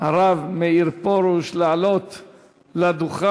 הרב מאיר פרוש לעלות לדוכן.